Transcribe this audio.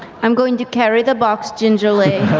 i'm going to carry the box gingerly.